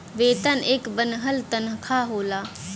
वेतन एक बन्हल तन्खा होला